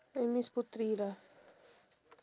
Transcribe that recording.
I miss putri lah